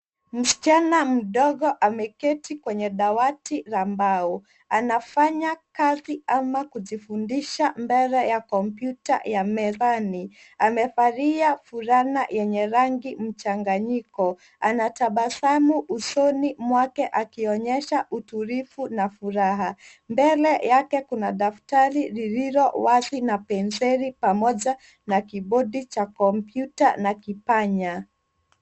Msichana mdogo ameketi kwenye dawati la mbao. Anafanya kazi ama kujifundisha mbele ya kompyuta ya mezani. Amevalia fulana yenye rangi mchanganyiko. Anatabasamu usoni mwake akionyesha utulivu na furaha. Mbele yake kuna daftari lililo wazi na penseli pamoja na kibodi cha kompyuta na kipanya.